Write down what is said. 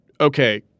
okay